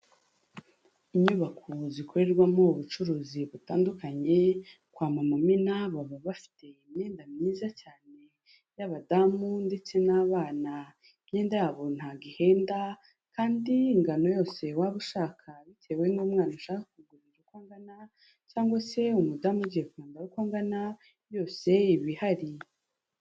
Inyubako zikorerwamo ubucuruzi butandukanye, kwa mama Amina baba bafite imyenda myiza cyane y'abadamu, ndetse n'abana, imyenda yabo ntabwo ihenda, kandi ingano yose waba ushaka bitewe n'umwana ushaka kuguria uko angana, cyangwa se umudamu ugiye kwambara uko angana yose iba ihari.